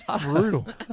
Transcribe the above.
brutal